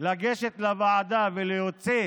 לגשת לוועדה ולהוציא